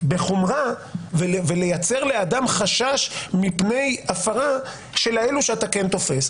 להעניש בחומרה ולייצר לאדם חשש מפני הפרה של אלה שאתה כן תופס.